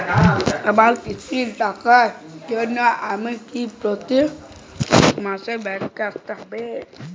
আমার কিস্তির টাকা দেওয়ার জন্য আমাকে কি প্রতি মাসে ব্যাংক আসতে হব?